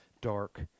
dark